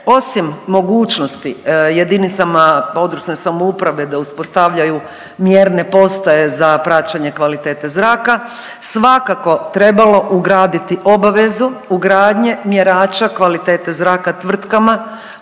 osim mogućnosti jedinicama područne samouprave da uspostavljaju mjerne postaje za praćenje kvalitete zraka svakako trebalo ugraditi obavezu ugradnje mjerača kvalitete zraka tvrtkama